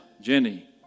Jenny